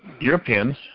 Europeans